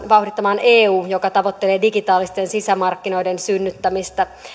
vauhdittamaan eu joka tavoittelee digitaalisten sisämarkkinoiden synnyttämistä